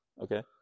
Okay